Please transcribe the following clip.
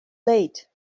late